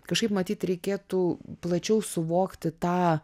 kažkaip matyt reikėtų plačiau suvokti tą